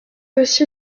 aussi